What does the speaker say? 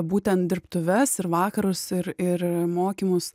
būtent dirbtuves ir vakarus ir ir mokymus